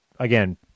again